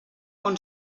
món